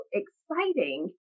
exciting